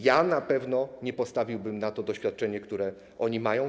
Ja na pewno nie postawiłbym na to doświadczenie, które oni mają.